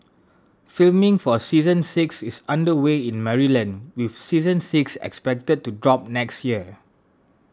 filming for season six is under way in Maryland with season six expected to drop next year